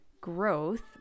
growth